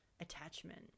attachment